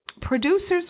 Producers